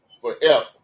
forever